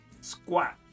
squat